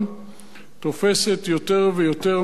תופסת יותר ויותר מקום בלב,